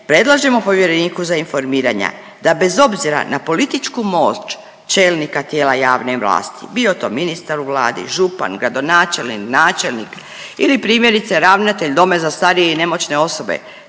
predlažemo povjereniku za informiranja da bez obzira na političku moć čelnika tijela javne vlasti, bio to ministar u Vladi, župan, gradonačelnik, načelnik ili primjerice ravnatelj Doma za starije i nemoćne osobe,